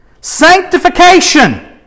Sanctification